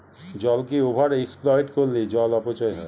জলকে over exploit করলে জল অপচয় হয়